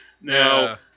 Now